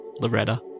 Loretta